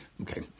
Okay